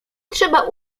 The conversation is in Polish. trzeba